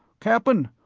cap'n,